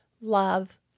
love